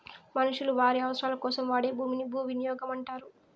మనుషులు వారి అవసరాలకోసం వాడే భూమిని భూవినియోగం అంటారు